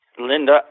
Linda